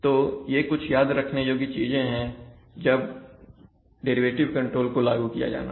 तो ये कुछ याद रखने योग्य चीजें हैंजब डेरिवेटिव कंट्रोल को लागू किया जाना हो